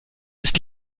ist